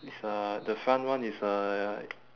it's a the front one is a like